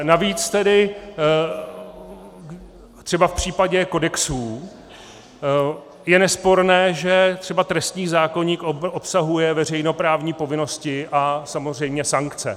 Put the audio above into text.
Navíc tedy třeba v případě kodexů je nesporné, že třeba trestní zákoník obsahuje veřejnoprávní povinnosti a samozřejmě sankce.